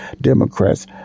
Democrats